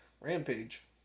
rampage